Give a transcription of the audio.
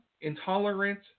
intolerant